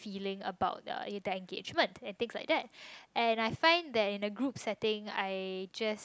feeling about the the engagement I think like that and I find that in a group setting I just